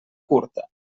curta